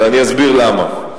ואני אסביר למה.